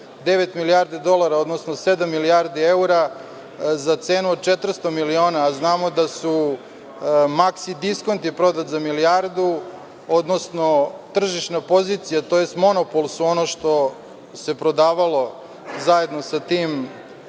milijardi dolara, odnosno sedam milijardi eura za cenu od 400 miliona, a znamo da je „Maksi“ diskont prodat za milijardu, odnosno tržišna pozicija, tj. monopol, su ono što se prodavalo zajedno sa tim